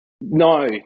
No